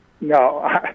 No